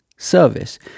service